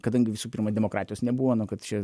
kadangi visų pirma demokratijos nebuvo na kad čia